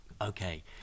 okay